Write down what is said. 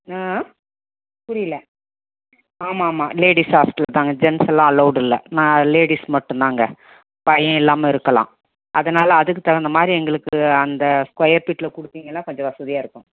ஆ புரியலை ஆமாம் ஆமாம் லேடிஸ் ஹாஸ்ட்டல் தாங்க ஜென்ஸெல்லாம் அலோடு இல்லை நான் லேடிஸ் மட்டும்தாங்க பயம் இல்லாமல் இருக்கலாம் அதனால் அதுக்கு தகுந்தமாதிரி எங்களுக்கு அந்த ஸ்கொயர் ஃபீட்டில் கொடுத்திங்கன்னா கொஞ்சம் வசதியாக இருக்கும்